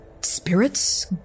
spirits